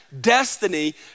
destiny